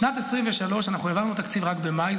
בשנת 2023 העברנו תקציב רק בסוף מאי,